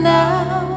now